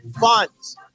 funds